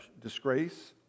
disgrace